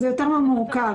זה מורכב.